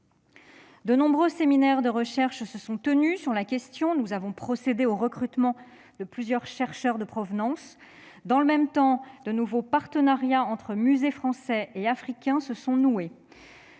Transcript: De nombreux séminaires de recherche se sont tenus sur la question, et nous avons procédé au recrutement de plusieurs chercheurs de provenance. Dans le même temps, des partenariats entre les musées français et africains se sont noués.